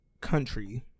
country